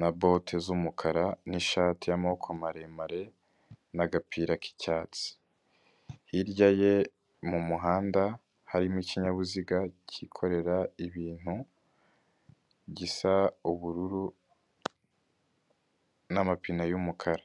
na bote z'umukara nishati y'amaboko maremare n'agapira k'icyatsi hirya ye mu muhanda harimo ikinyabiziga cyikorera ibintu gisa ubururu n'amapine y'umukara.